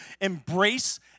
embrace